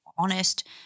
honest